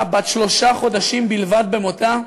בת שלושה חודשים בלבד במותה,